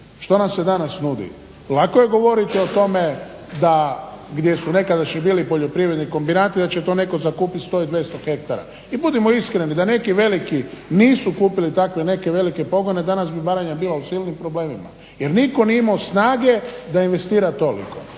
Što nam se danas nudi? Lako je govoriti o tome da gdje su nekadašnji bili poljoprivredni kombinati da će to neko zakupit 100 i 200 hektara. I budimo iskreni da neki veliki nisu kupili takve neke velike pogone danas bi Baranja bila u silnim problemima jer nitko nije imao snage da investira toliko,